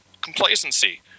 complacency